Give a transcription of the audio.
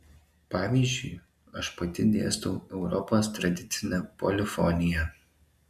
pavyzdžiui aš pati dėstau europos tradicinę polifoniją